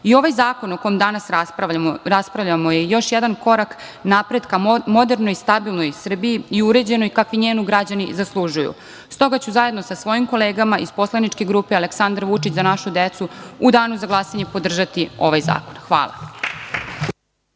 ovaj zakon o kom danas raspravljamo je još jedan korak napretka modernoj i stabilnoj Srbiji i uređenoj, kakvu njeni građani zaslužuju. Stoga ću zajedno sa svojim kolegama iz poslaničke grupe Aleksandar Vučić – Za našu decu u danu za glasanje podržati ovaj zakon. Hvala.